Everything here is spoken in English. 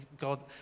God